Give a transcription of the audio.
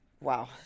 wow